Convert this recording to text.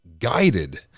guided